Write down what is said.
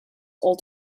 old